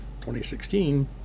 2016